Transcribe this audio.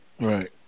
Right